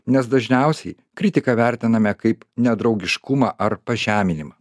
nes dažniausiai kritiką vertiname kaip nedraugiškumą ar pažeminimą